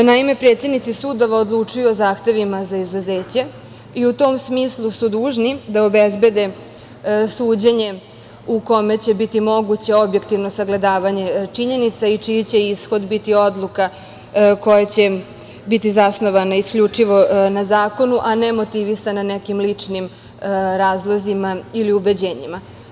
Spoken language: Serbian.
Naime, predsednici sudova odlučuju o zahtevima za izuzeće i u tom smislu su dužni da obezbede suđenje u kome će biti moguće objektivno sagledavanje činjenica i čiji će ishod biti odluka koja će biti zasnovana isključivo na zakonu, a ne motivisana nekim ličnim razlozima ili ubeđenjima.